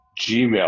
gmail